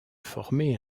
former